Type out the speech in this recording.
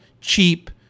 cheap